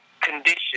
condition